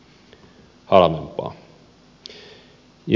ja sitten